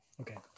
okay